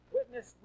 Witness